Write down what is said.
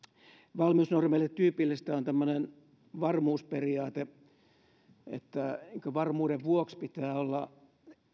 valmiusnormeille tyypillistä on tämmöinen varmuusperiaate että varmuuden vuoksi pitää olla